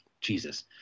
Jesus